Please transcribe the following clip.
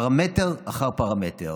פרמטר אחר פרמטר,